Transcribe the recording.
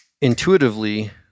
intuitively